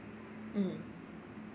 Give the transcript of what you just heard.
mm